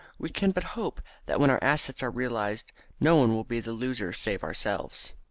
we can but hope that when our assets are realised no one will be the loser save ourselves.